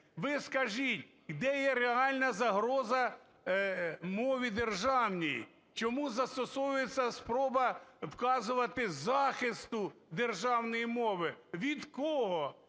ви скажіть, де є реальна загроза мові державній? Чому застосовується спроба вказувати "захисту державної мови"? Від кого